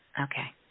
Okay